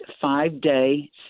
five-day